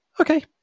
okay